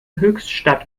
höchstadt